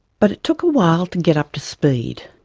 but it took a while to get up to speed.